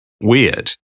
weird